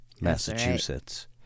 Massachusetts